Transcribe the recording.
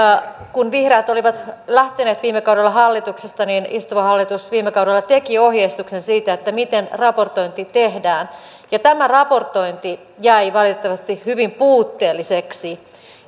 kun vihreät olivat lähteneet viime kaudella hallituksesta istuva hallitus viime kaudella teki ohjeistuksen siitä miten raportointi tehdään ja tämä raportointi jäi valitettavasti hyvin puutteelliseksi